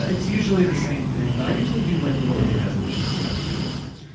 it's usually the same thing but i usually do like little mini resolutions throughout the year that i stick